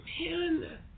man